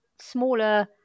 smaller